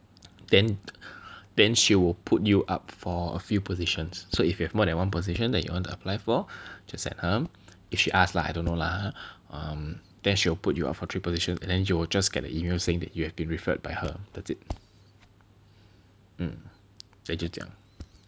then then she will put you up for a few positions so if you have more than one position that you want to apply for just add them if she ask lah I don't know lah ha err then she'll put you up for three positions then you'll get the email that you have been referred by her that's it